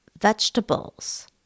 vegetables